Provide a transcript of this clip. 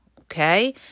okay